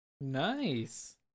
Nice